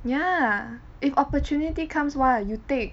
ya if opportunity comes !wah! you take